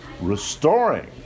restoring